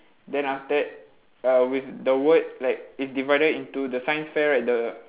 then after that uh with the word like is divided into the science fair right the